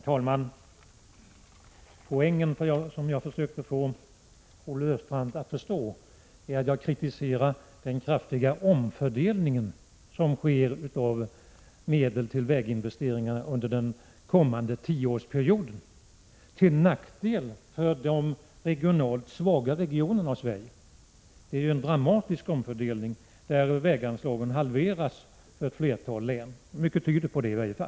Herr talman! Den poäng som jag försökte få Olle Östrand att förstå är att jag kritiserar den kraftiga omfördelning som sker av medlen till väginvesteringarna under den kommande tioårsperioden, till nackdel för de svaga regionerna i Sverige. Det är ju en dramatisk omfördelning som skett. Mycket tyder på att väganslagen har halverats för ett flertal län.